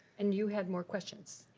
and you had more questions?